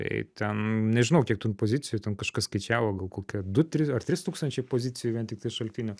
tai ten nežinau kiek ten pozicijų ten kažkas skaičiavo gal kokie du trys ar trys tūkstančiai pozicijų vien tiktai šaltinių